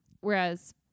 Whereas